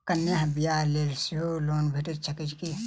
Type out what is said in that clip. कन्याक बियाह लेल सेहो लोन भेटैत छैक की?